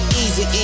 easy